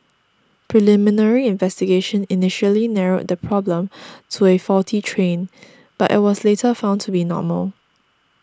preliminary investigation initially narrowed the problem to a faulty train but it was later found to be normal